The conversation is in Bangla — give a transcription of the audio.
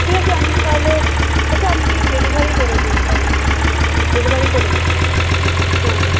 ঠিক আছে আমি তাহলে আচ্ছা আপনি ডেলিভারি করে দিন তাহলে ডেলিভারিই করে দিন হ্যাঁ